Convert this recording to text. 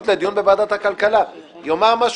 נמנע.